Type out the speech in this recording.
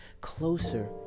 closer